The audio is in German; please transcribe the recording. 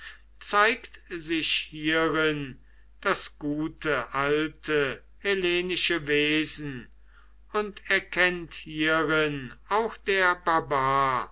zeigt sich hierin das gute alte hellenische wesen und erkennt hierin auch der